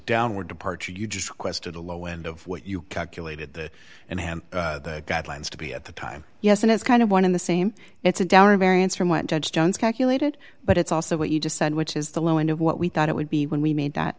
downward departure you just quest at the low end of what you calculated and i am guidelines to be at the time yes and it's kind of one in the same it's a down a variance from what judge jones calculated but it's also what you just said which is the low end of what we thought it would be when we made that